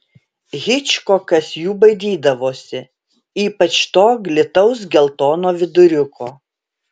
hičkokas jų baidydavosi ypač to glitaus geltono viduriuko